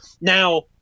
Now